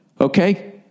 Okay